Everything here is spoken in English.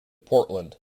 portland